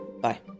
Bye